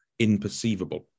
imperceivable